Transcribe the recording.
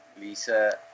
Lisa